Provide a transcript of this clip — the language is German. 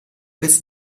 bis